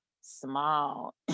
small